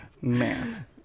Man